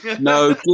No